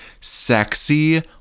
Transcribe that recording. sexy